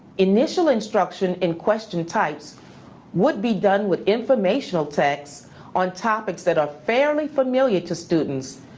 initial instruction in question types would be done with informational texts on topics that are fairly familiar to students,